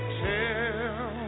tell